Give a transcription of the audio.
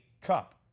cup